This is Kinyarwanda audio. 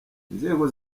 inzego